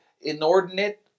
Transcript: inordinate